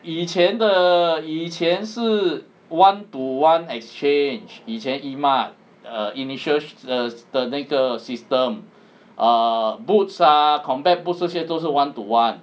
以前的以前是 one to one exchange 以前 e-mart err initial 的那个 system err boots ah combat boots 这些都是 one to one